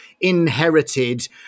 inherited